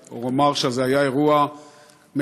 רק אומר שזה היה אירוע מרתק,